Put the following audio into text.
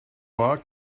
bar